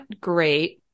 great